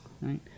right